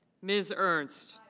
ms. ernst.